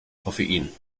koffein